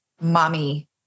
mommy